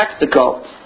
Mexico